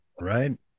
right